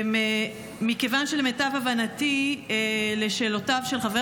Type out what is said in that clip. מכיוון שלמיטב הבנתי, על שאלותיו של חבר